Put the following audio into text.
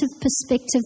perspective